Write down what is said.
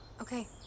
Okay